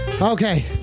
okay